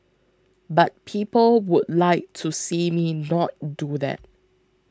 but people would like to see me not do that